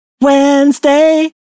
wednesday